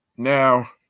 Now